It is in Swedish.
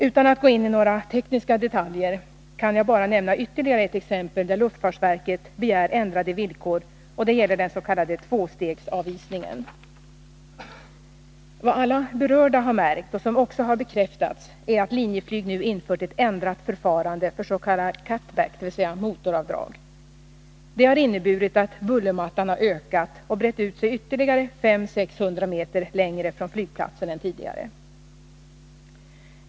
Utan att gå in på några tekniska detaljer kan jag bara nämna ytterligare en punkt där luftfartsverket begär ändrade villkor — det gäller den s.k. tvåstegsanvisningen. Vad alla berörda har märkt — vilket också har bekräftats — är att Linjeflyg nu infört ett ändrat förfarande för s.k. cut-back, dvs. motoravdrag. Detta har inneburit att bullermattan har ökat och brett ut sig ytterligare 500-600 meter längre från flygplatsen än tidigare.